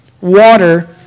water